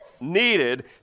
needed